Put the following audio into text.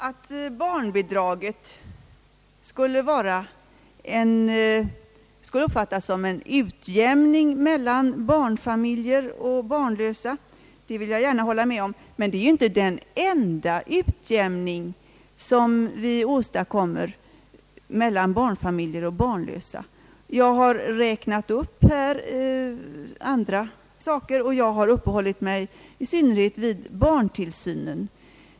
Att barnbidraget skall uppfattas som en utjämning mellan barnfamiljer och barnlösa vill jag gärna hålla med om, men det är inte den enda utjämning mellan barnfamiljer och barnlösa som vi gör. Jag har här räknat upp andra saker, och jag har i synnerhet uppehållit mig vid barntillsynen.